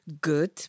good